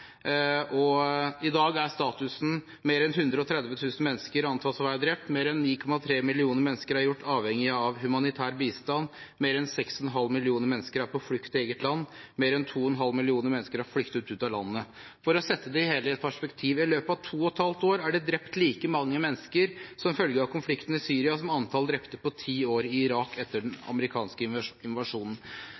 og i dag er statusen at mer enn 130 000 mennesker antas å være drept, mer enn 9,3 millioner mennesker er gjort avhengige av humanitær bistand, mer enn 6,5 millioner mennesker er på flukt i eget land og mer enn 2,5 millioner mennesker har flyktet ut av landet. For å sette det hele i et perspektiv: I løpet av to og et halvt år er det drept like mange mennesker som følge av konflikten i Syria, som antall drepte på ti år i Irak etter den amerikanske invasjonen.